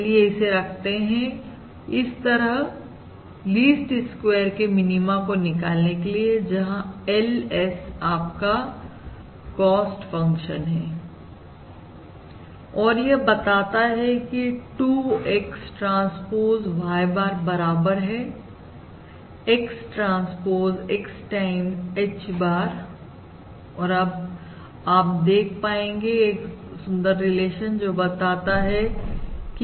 चलिए इसे रखते हैं इस तरह लीस्ट स्क्वेयर के मिनीमा को निकालने के लिए जहां LS आपका कॉस्ट फंक्शन है और यह बताता है कि 2 X ट्रांसपोज Y bar बराबर है X transpose X time H bar और अब आप देख पाएंगे एक सुंदर रिलेशन जो बताता है की